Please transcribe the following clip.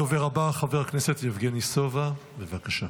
הדובר הבא, חבר הכנסת יבגני סובה, בבקשה.